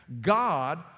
God